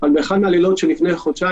מה לעשות,